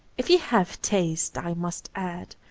if he have taste, i must add,